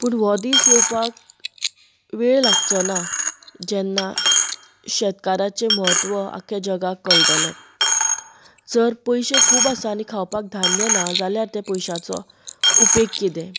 पूण हो दीस येवपाक वेळ लागचो ना जेन्ना शेतकाराचें म्हत्व आख्या जगाक कळटलें जर पयशे खूब आसात आनी खावपाक धान्य ना जाल्यार त्या पयश्याचो उपेग कितें